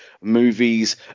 movies